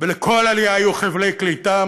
לכל עלייה היו חבלי קליטה.